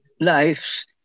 lives